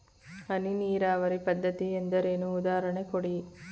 ಹನಿ ನೀರಾವರಿ ಪದ್ಧತಿ ಎಂದರೇನು, ಉದಾಹರಣೆ ಕೊಡಿ?